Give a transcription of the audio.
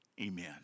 Amen